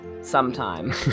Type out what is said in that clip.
sometime